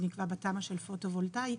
זה נקבע בתמ"א של פוטו וולטאי,